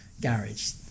garage